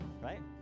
Right